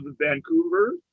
Vancouver